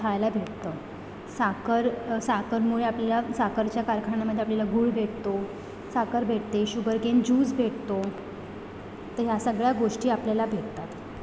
खायला भेटतं साखर साखरमुळे आपल्याला साखरच्या कारखान्यामध्ये आपल्याला गूळ भेटतो साखर भेटते शुगरकेन ज्यूस भेटतो तर ह्या सगळ्या गोष्टी आपल्याला भेटतात